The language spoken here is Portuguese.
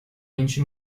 vinte